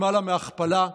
למעלה מהכפלה,